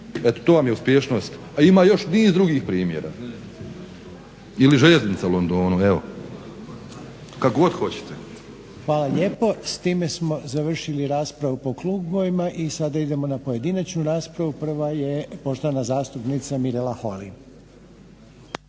Eto, to vam je uspješnost, a ima još niz drugih primjera ili željeznica u Londonu, evo kako god hoćete. **Reiner, Željko (HDZ)** Hvala lijepo. S time smo završili raspravu po klubovima i sada idemo na pojedinačnu raspravu. Prva je poštovana zastupnica Mirela Holy.